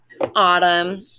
Autumn